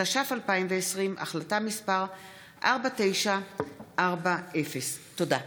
התש"ף 2020, החלטה מס' 4940. תודה רבה,